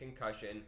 concussion